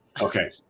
Okay